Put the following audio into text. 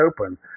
open